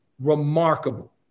remarkable